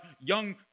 young